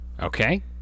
okay